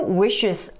wishes